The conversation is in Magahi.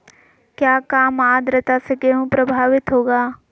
क्या काम आद्रता से गेहु प्रभाभीत होगा?